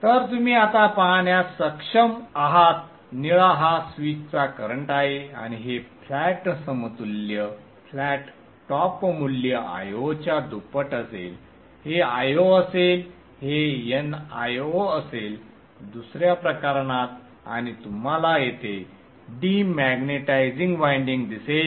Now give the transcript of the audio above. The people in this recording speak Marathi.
तर तुम्ही आता पाहण्यास सक्षम आहात निळा हा स्विचचा करंट आहे आणि हे फ्लॅट समतुल्य फ्लॅट टॉप मूल्य Io च्या दुप्पट असेल हे Io असेल हे nIo असेल दुसऱ्या प्रकरणात आणि तुम्हाला येथे डिमॅग्नेटिझिंग वायंडिंग दिसेल